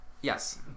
Yes